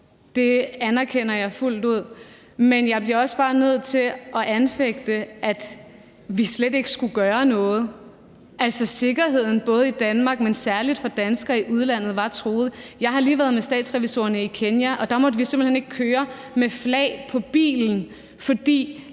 Det anerkender jeg fuldt ud. Men jeg bliver også bare nødt til at anfægte, at vi slet ikke skulle gøre noget. Sikkerheden i Danmark, men særligt for danskere i udlandet, var truet. Jeg har lige været med Statsrevisorerne i Kenya, og der måtte vi simpelt hen ikke køre med flag på bilen, fordi